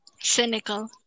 Cynical